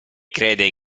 crede